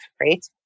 right